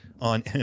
on